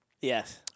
Yes